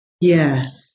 Yes